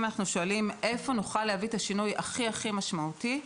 אם אנחנו שואלים איפה נוכל להביא את השינוי הכי-הכי משמעותי,